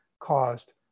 caused